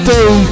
Day